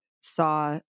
saw